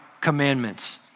commandments